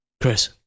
Chris